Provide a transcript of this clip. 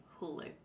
Hulu